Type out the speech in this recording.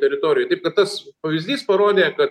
teritorijoj taip kad tas pavyzdys parodė kad